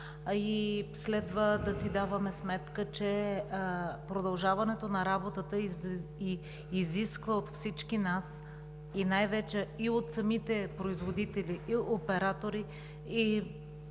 Следва да си даваме сметка, че продължаването на работата изисква от всички нас, най-вече от самите производители и оператори,